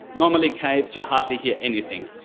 normally caves, you hardly hear anything,